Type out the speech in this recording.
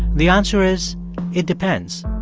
the answer is it depends.